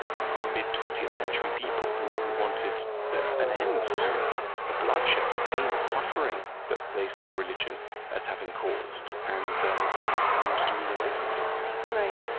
mid twentieth century people who who wanted an end to the bloodshed, the pain, the suffering that they saw religion as having caused and um and wanted to move away from it all right.